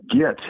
get